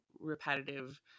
repetitive